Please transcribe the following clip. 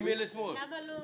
בבקשה.